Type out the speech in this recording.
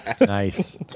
Nice